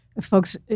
folks